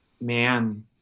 man